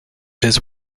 his